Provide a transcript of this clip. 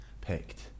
picked